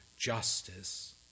justice